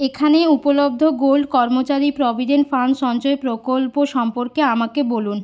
এখানে উপলব্ধ গোল্ড কর্মচারী প্রভিডেন্ট ফান্ড সঞ্চয় প্রকল্প সম্পর্কে আমাকে বলুন